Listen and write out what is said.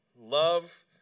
Love